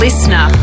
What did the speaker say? Listener